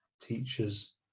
teachers